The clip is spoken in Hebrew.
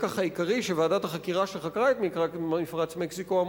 הלקח העיקרי של ועדת החקירה שחקרה את מפרץ מקסיקו היה